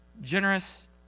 Generous